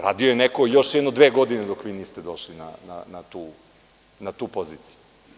Radio je neko još jedno dve godine dok vi niste došli na tu poziciju.